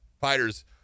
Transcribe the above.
fighters